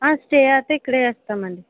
stay అయితే ఇక్కడే చేస్తామండి